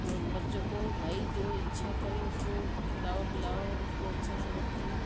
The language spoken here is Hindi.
और बच्चों को भाई जो इच्छा करे उसको खिलाओ पिलाओ उसको अच्छा से रखो